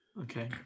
Okay